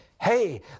hey